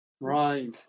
Right